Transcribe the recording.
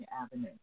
Avenue